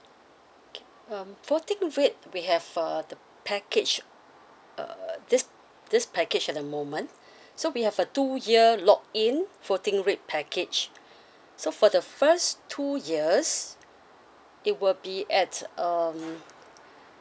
okay um floating rate we have uh the package err this this package at the moment so we have a two year lock in floating rate package so for the first two years it will be at um